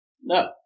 No